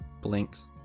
Blinks